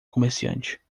comerciante